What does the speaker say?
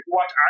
watch